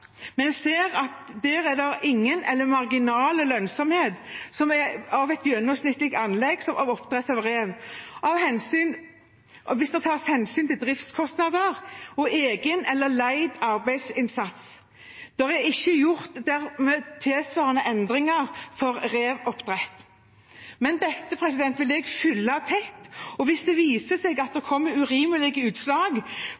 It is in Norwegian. ser at der er det ingen eller marginal lønnsomhet av et gjennomsnittlig anlegg for oppdrett av rev hvis det tas hensyn til driftskostnader og egen eller leid arbeidsinnsats. Det er ikke gjort tilsvarende endringer for reveoppdrett. Men dette vil jeg følge tett, og hvis det viser seg at det